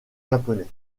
japonais